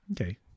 Okay